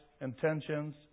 intentions